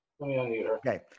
Okay